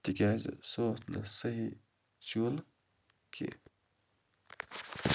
تِکیٛازِ سُہ اوس نہٕ صحیح چوٗلہٕ کیٚنٛہہ